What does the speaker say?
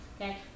okay